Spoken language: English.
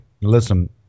Listen